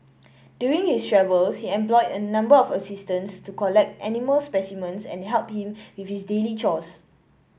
during his travels he employed a number of assistants to collect animal specimens and help him with his daily chores